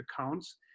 accounts